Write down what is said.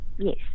Yes